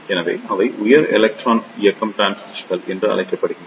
எனவே அவை உயர் எலக்ட்ரான் இயக்கம் டிரான்சிஸ்டர்கள் என்று அழைக்கப்படுகின்றன